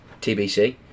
TBC